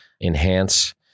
enhance